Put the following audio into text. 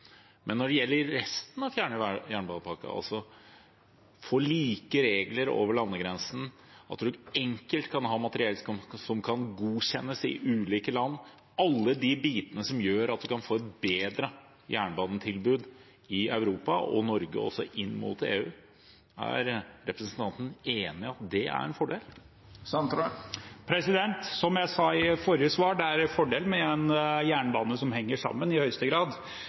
Men når det gjelder resten av fjerde jernbanepakke, altså å få like regler over landegrensene og enkelt å ha materiell som kan godkjennes i ulike land – alle de bitene som gjør at man kan få et bedre jernbanetilbud i Europa og også i Norge inn mot EU – er representanten enig i at det er en fordel? Som jeg sa i forrige svar, er det i høyeste grad en fordel med en jernbane som henger sammen.